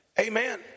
Amen